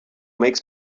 makes